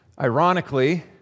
ironically